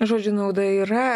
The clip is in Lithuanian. žodžiu nauda yra